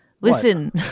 Listen